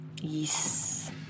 Yes